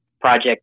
project